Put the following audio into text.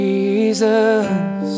Jesus